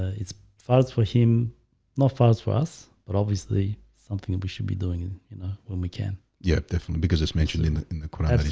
it's fast for him not fast for us but obviously something and we should be doing in you know, when we can yeah, definitely because it's mentioned in in the quran